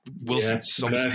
Wilson